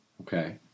Okay